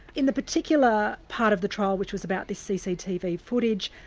in the particular part of the trial which was about this cctv footage,